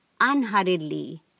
unhurriedly